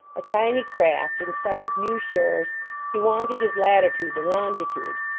a tiny craft in sight of new shores he wanted his latitude and lon gitude,